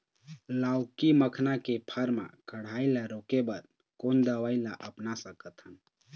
लाउकी मखना के फर मा कढ़ाई ला रोके बर कोन दवई ला अपना सकथन?